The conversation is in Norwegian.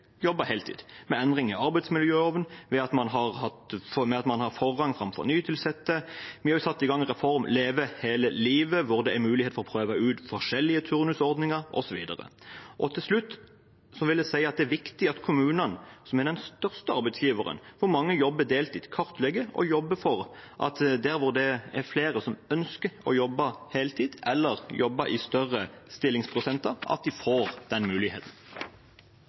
med endringer i arbeidsmiljøloven, og ved at man har forrang framfor nyansatte. Vi har også satt i gang en reform, Leve hele livet, hvor det er mulighet for å prøve å ut forskjellige turnusordninger, osv. Til slutt vil jeg si at det er viktig at kommunene, som er den største arbeidsgiveren, og hvor mange jobber deltid, kartlegger og jobber for at man der hvor det er flere som ønsker å jobbe heltid, eller jobbe i en større stillingsprosent, får den muligheten.